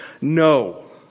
no